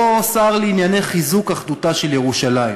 או שר לענייני חיזוק אחדותה של ירושלים,